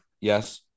Yes